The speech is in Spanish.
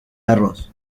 arroz